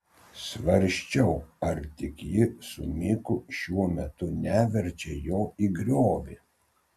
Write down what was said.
svarsčiau ar tik ji su miku šiuo metu neverčia jo į griovį